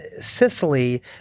Sicily